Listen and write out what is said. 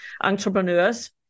entrepreneurs